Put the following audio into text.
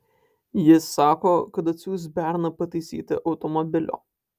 jis sako kad atsiųs berną pataisyti automobilio